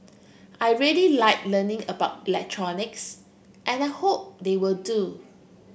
I really like learning about electronics and I hope they will do